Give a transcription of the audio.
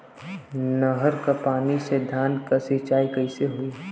नहर क पानी से धान क सिंचाई कईसे होई?